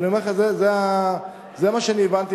אבל אני אומר לך, זה מה שאני הבנתי